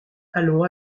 allons